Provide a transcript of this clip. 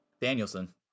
Danielson